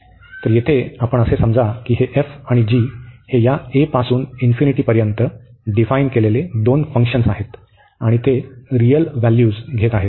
तर इथे आपण असे समजा की हे f आणि g हे या a पासून पर्यंत डिफाईन केलेली दोन फंक्शन्स आहेत आणि ते रिअल व्हॅल्यू घेत आहेत